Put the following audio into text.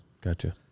gotcha